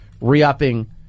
re-upping